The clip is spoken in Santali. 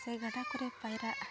ᱥᱮ ᱜᱟᱰᱟ ᱠᱚᱨᱮ ᱯᱟᱭᱨᱟᱜ